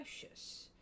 precious